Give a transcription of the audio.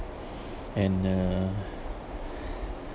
and uh